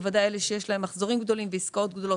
בוודאי אלה שיש להם מחזורים גדולים ועסקאות גדולות,